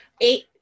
eight